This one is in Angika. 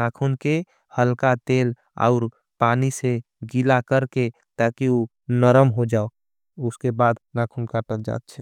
नाकुन के हलका तेल और पानी से। गिला करके ताकि वो नरम हो जाओ उसके बाद नाकुन काटल जाच्छे।